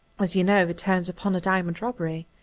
as you know, it turns upon a diamond robbery.